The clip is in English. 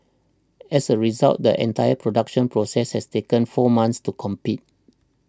as a result the entire production process has taken four months to compete